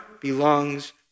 belongs